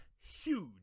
huge